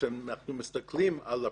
כשאנחנו מסתכלים על הפרטים,